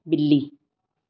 ਬਿੱਲੀ